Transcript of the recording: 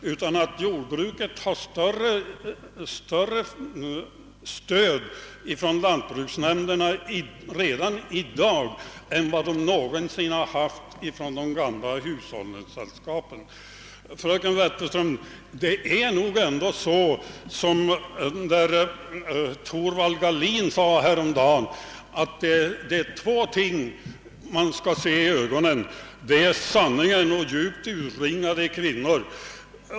Jag tror att jordbruket redan i dag har ett större stöd från lantbruksnämnderna än det någonsin haft från de gamla hushållningssällskapen. Det är nog ändå så, fröken Wetterström, som Thorvald Gahlin skrev häromdagen, att två ting skall man se i ögonen, nämligen sanningen och djupt urringade kvinnor.